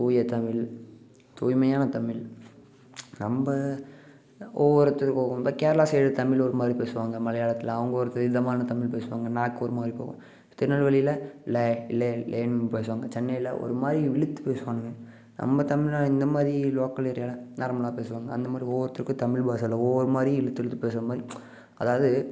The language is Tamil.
தூயத்தமிழ் தூய்மையான தமிழ் நம்ம ஆனால் ஒவ்வொருத்தரும் ஒவ்வொரு மாதிரி இப்போ கேரளா சைடு தமிழ் ஒருமாதிரி பேசுவாங்க மலையாளத்தில் அவங்க ஒரு விதமான தமிழ் பேசுவாங்க நாக்கு ஒருமாதிரி போகும் திருநெல்வேலியில் ல லே லேன்னு பேசுவாங்க சென்னையில் ஒருமாதிரி இழுத்து பேசுவானுங்க நம்ம தமிழா இந்தமாதிரி லோக்கல் ஏரியாவில் நார்மலாக பேசுவாங்க அந்தமாதிரி ஒவ்வொருத்தருக்கும் தமிழ் பாஷையில் ஒவ்வொரு மாதிரி இழுத்து இழுத்து பேசுற மாதிரி அதாவது